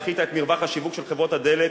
הפחיתה את מרווח השיווק של חברות הדלק